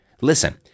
Listen